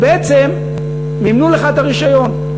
ובעצם מימנו לך את הרישיון,